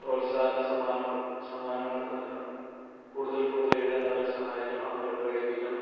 പ്രോത്സാഹനസമ്മാനങ്ങളും സമ്മാനങ്ങളൊക്കെ നൽകണം കൂടുതൽകൂടുതൽ എഴുതാൻ അവരെ സഹായിക്കണം അവരെ പ്രേരിപ്പിക്കണം